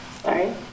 Sorry